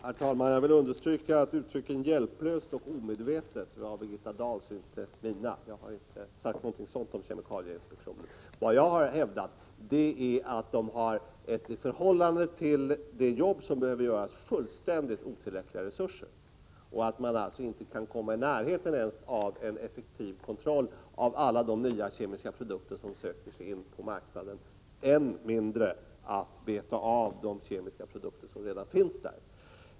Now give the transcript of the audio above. Herr talman! Jag vill understryka att uttrycken ”hjälplöst” och ”omedvetet” var Birgitta Dahls, inte mina. Jag har inte sagt någonting sådant om kemikalieinspektionen. Vad jag har hävdat är att man i förhållande till det jobb som behöver göras har fullständigt otillräckliga resurser och att man alltså inte ens kan komma i närheten av en effektiv kontroll av alla de nya kemiska produkter som söker sig in på marknaden, än mindre beta av de kemiska produkter som redan finns där.